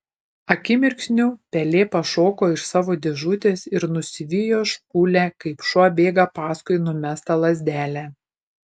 akimirksniu pelė pašoko iš savo dėžutės ir nusivijo špūlę kaip šuo bėga paskui numestą lazdelę